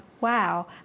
wow